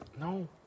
No